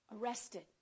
Arrested